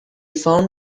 found